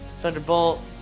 Thunderbolt